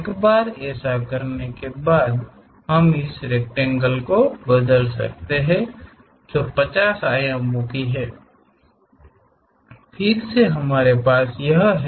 एक बार ऐसा करने के बाद हम इस रेकटेंगेल को बदल सकते हैं जो 50 आयामों की है फिर से हमारे पास यह है